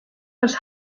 was